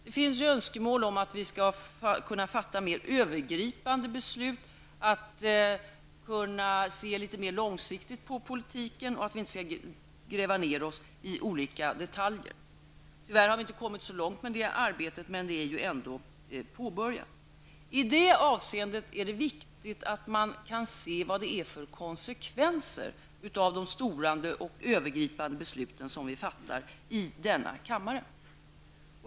Det finns önskemål om att vi skall kunna fatta mer övergripande beslut, att kunna se litet mer långsiktigt på politiken, att vi inte skall gräva ned oss i olika detaljer. Tyvärr har vi inte kommit så långt med det arbetet, men det har ändå påbörjats. I detta avseende är det viktigt att man kan se konsekvenserna av de stora och övergripande beslut som vi fattar i denna kammare.